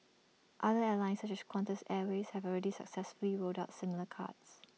other airlines such as Qantas airways have already successfully rolled out similar cards